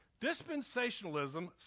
Dispensationalism